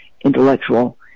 intellectual